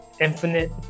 infinite